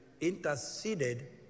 interceded